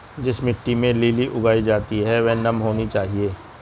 जिस मिट्टी में लिली उगाई जाती है वह नम होनी चाहिए